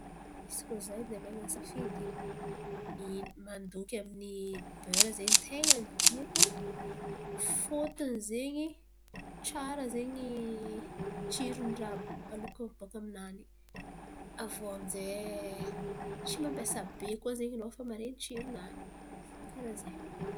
Izy koa za edy namain̈a safidy mandoky amin’ny bera zen̈y tain̈a ny tiako fôtiny zen̈y tsara zen̈y tsiron’ny raha aloky baka aminany. Aviô aminjay tsy mampiasa be koa zen̈y anô fa maren̈y tsiro-nany.